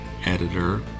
editor